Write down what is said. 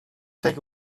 take